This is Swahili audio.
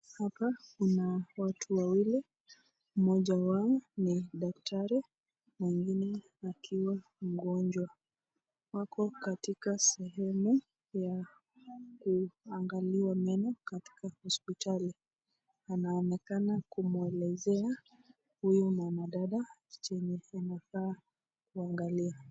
Hapa kuna watu wawili. Mmoja wao ni daktari na mwingine akiwa mgonjwa. Wako katika sehemu ya kuangaliwa meno katika hospitali. Anaonekana kumwelezea huyo mwanadada chenye kinafaa wangalie.